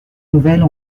nouvelles